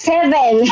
Seven